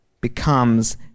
becomes